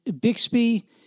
Bixby